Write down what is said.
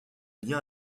liens